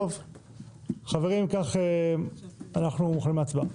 חברים, אם כך, אנחנו מוכנים להצבעה.